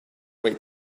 wait